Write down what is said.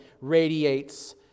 radiates